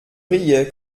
riais